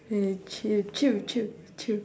eh chill chill chill chill